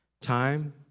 time